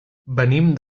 venim